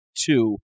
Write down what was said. two